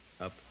up